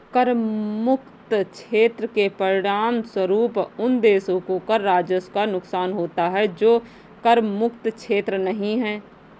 कर मुक्त क्षेत्र के परिणामस्वरूप उन देशों को कर राजस्व का नुकसान होता है जो कर मुक्त क्षेत्र नहीं हैं